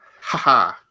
Haha